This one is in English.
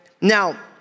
Now